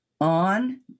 on